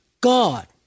God